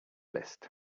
list